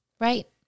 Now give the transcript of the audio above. Right